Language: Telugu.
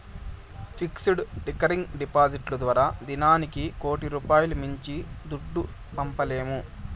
ఫిక్స్డ్, రికరింగ్ డిపాడిట్లు ద్వారా దినానికి కోటి రూపాయిలు మించి దుడ్డు పంపలేము